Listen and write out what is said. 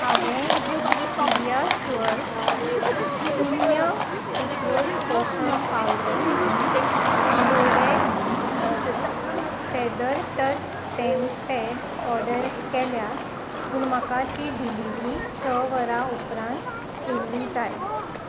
हांवें पिडियाश्योर शुन्य सुक्रोज पोशण पावडर आनी कोरेस feather touch stamp pad order केल्यात पूण म्हाका ती डिलिव्हरी स वरां उपरांत केल्ली जाय